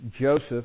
Joseph